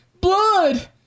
Blood